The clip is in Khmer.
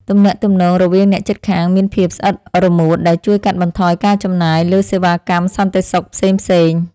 ទំនាក់ទំនងរវាងអ្នកជិតខាងមានភាពស្អិតរមួតដែលជួយកាត់បន្ថយការចំណាយលើសេវាកម្មសន្តិសុខផ្សេងៗ។